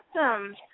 Awesome